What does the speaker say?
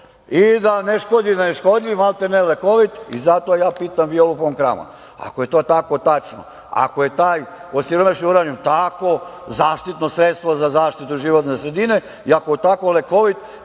i da ne škodi, da je maltene lekovit i zato ja pitam Violu fon Kramon ako je to tako tačno, ako je taj osiromašeni uranijum tako zaštitno sredstvo za zaštitu životne sredine i ako je tako lekovit,